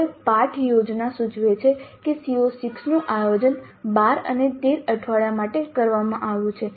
હવે પાઠ યોજના સૂચવે છે કે CO6 નું આયોજન 12 અને 13 અઠવાડિયા માટે કરવામાં આવ્યું છે